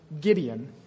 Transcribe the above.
Gideon